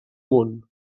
món